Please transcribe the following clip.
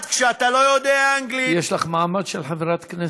בפרט כשאתה לא יודע אנגלית יש לך מעמד של חברת כנסת.